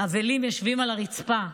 אבלים יושבים על הרצפה,